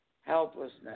helplessness